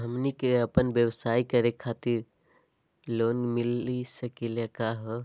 हमनी क अपन व्यवसाय करै खातिर लोन मिली सकली का हो?